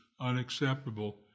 unacceptable